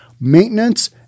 maintenance